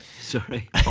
Sorry